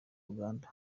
ruganda